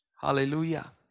Hallelujah